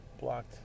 blocked